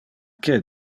que